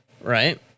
right